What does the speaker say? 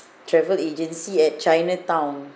travel agency at chinatown